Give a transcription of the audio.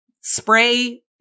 spray